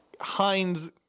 Heinz